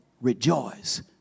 rejoice